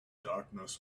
darkness